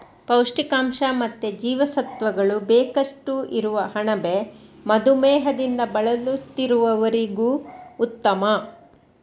ಪೌಷ್ಟಿಕಾಂಶ ಮತ್ತೆ ಜೀವಸತ್ವಗಳು ಬೇಕಷ್ಟು ಇರುವ ಅಣಬೆ ಮಧುಮೇಹದಿಂದ ಬಳಲುತ್ತಿರುವವರಿಗೂ ಉತ್ತಮ